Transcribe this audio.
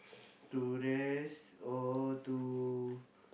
to rest or to